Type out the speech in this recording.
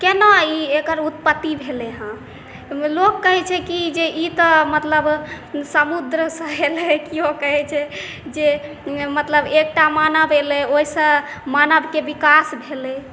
केना ई एकर उत्पत्ति भेलै हँ लोक कहै छै कि ई जे मतलब समुद्र सँ एलै केओ कहै छै जे मतलब एकटा मानव एलै ओहिसँ मानवके विकास भेलै